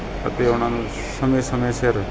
ਅਤੇ ਉਹਨਾਂ ਨੂੰ ਸਮੇਂ ਸਮੇਂ ਸਿਰ